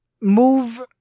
move